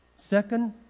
Second